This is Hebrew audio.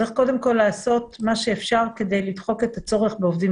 צריך קודם כל לעשות מה שאפשר כדי לדחוק את הצורך בעובדים